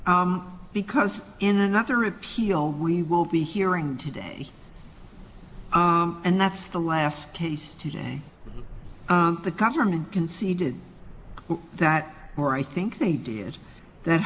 you because in another appeal we will be hearing today and that's the last case today the government conceded that more i think they did that